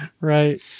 Right